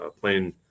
playing